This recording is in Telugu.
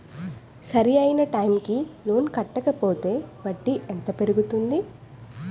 సరి అయినా టైం కి లోన్ కట్టకపోతే వడ్డీ ఎంత పెరుగుతుంది?